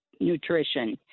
nutrition